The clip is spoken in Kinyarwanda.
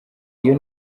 iyo